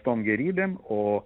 tom gėrybėm o